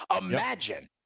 imagine